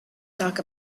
talk